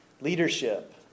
leadership